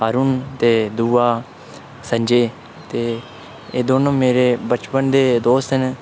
अरुण ते दूआ संजय ते एह् दौनों मेरे बचपन दे दोस्त न